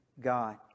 God